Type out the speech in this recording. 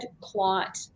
clot